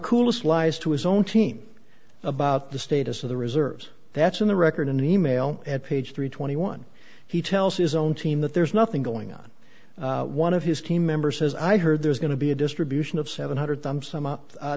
coolest lies to his own team about the status of the reserves that's in the record in an e mail at page three twenty one he tells his own team that there's nothing going on one of his team members has i heard there's going to be a distribution of seven hundred